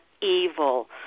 evil